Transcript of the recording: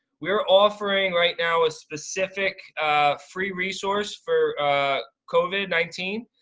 we're offering right now a specific free resource for covid nineteen.